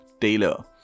Taylor